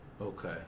Okay